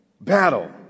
battle